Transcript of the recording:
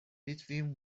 between